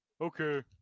Okay